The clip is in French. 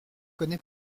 connaît